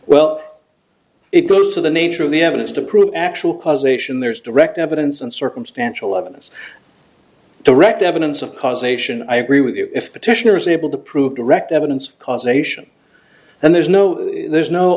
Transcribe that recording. well it goes to the nature of the evidence to prove actual causation there's direct evidence and circumstantial evidence direct evidence of causation i agree with you if petitioner is able to prove direct evidence of causation then there's no there's no